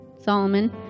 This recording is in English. Solomon